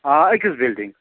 آ أکِس بُلڈِنٛگ